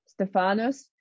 stefanos